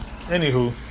Anywho